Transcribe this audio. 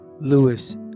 lewis